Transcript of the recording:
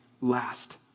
last